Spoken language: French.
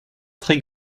très